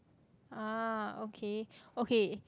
ah okay okay